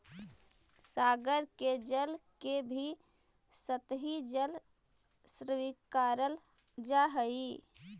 सागर के जल के भी सतही जल स्वीकारल जा हई